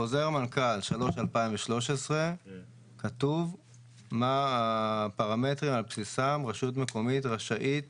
בחוזר מנכ"ל 3/2013 כתוב מה הפרמטרים על בסיסם רשות מקומית רשאית